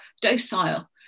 docile